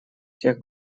всех